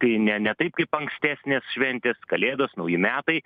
tai ne ne taip kaip ankstesnės šventės kalėdos nauji metai